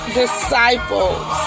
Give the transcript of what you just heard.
disciples